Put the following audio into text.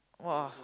!wah!